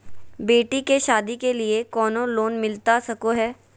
बेटी के सादी के लिए कोनो लोन मिलता सको है?